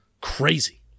crazy